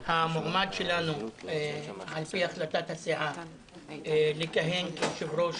המועמד שלנו על פי החלטת הסיעה לכהן כיושב-ראש